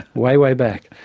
way, way, back.